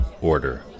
order